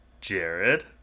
Jared